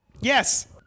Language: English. yes